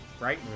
Right